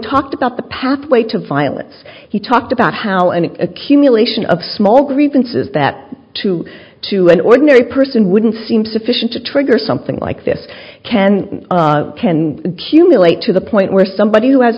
talk about the pathway to violence he talked about how an accumulation of small grievances that to to an ordinary person wouldn't seem sufficient to trigger something like this can can cue me late to the point where somebody who has